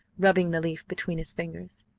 rubbing the leaf between his fingers.